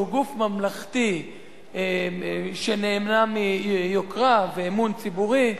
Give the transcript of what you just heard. שהוא גוף ממלכתי שנהנה מיוקרה ואמון ציבורי,